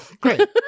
great